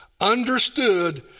understood